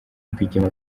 rwigema